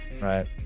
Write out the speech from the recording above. right